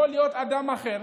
יכול להיות אדם אחר.